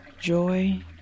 Joy